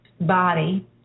body